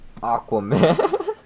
Aquaman